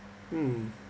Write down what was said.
mm